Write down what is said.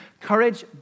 Courage